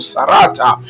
Sarata